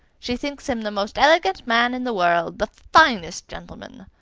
she thinks him the most elegant man in the world, the finest gentleman.